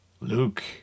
Luke